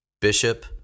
bishop